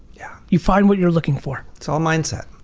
yeah you find what you're looking for. it's all mindset.